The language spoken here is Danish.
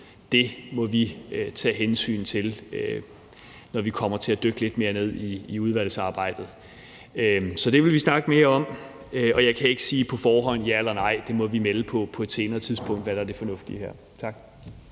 andet, må vi se på, når vi kommer til at dykke lidt mere ned i udvalgsarbejdet. Så det vil vi snakke mere om. Jeg kan ikke på forhånd sige ja eller nej, og vi må på et senere tidspunkt melde ud, hvad der er det fornuftige her. Tak.